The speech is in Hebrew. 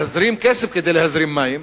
להזרים כסף כדי להזרים מים.